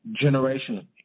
generationally